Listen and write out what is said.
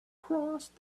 crossed